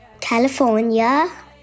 California